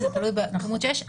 זה תלוי בכמות שיש,